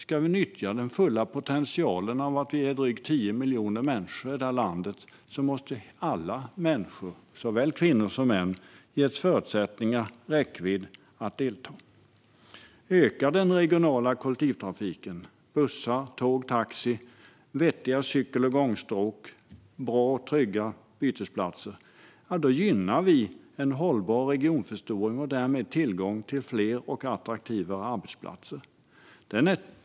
Om vi ska nyttja den fulla potentialen av att vi är drygt 10 miljoner människor i det här landet måste alla människor, såväl kvinnor som män, ges förutsättningar, det vill säga räckvidd, att delta. Ökar den regionala kollektivtrafiken, såsom bussar, tåg och taxi, och har vi vettiga cykel och gångstråk och bra och trygga bytesplatser gynnar vi en hållbar regionförstoring och därmed tillgången till fler och attraktivare arbetsplatser.